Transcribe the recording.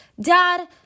Dad